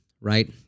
right